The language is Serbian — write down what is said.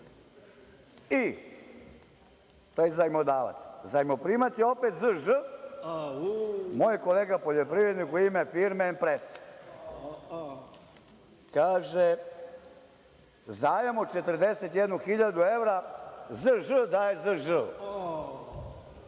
to je zajmodavac, a zajmoprimac je opet ZŽ, moj kolega poljoprivrednik u ime firme „Empresa“. Kaže – zajam od 41.000 evra ZŽ daje ZŽ,